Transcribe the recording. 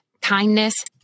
kindness